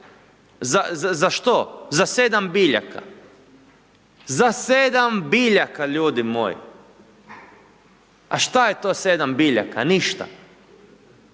za što? Za 7 biljaka. Za 7 biljaka ljudi moji. A šta je to 7 biljaka? Ništa.